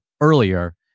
earlier